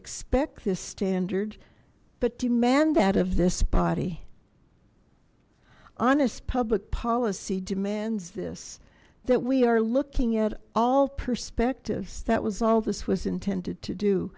expect this standard but demand that of this body honest public policy demands this that we are looking at all perspectives that was all this was intended to do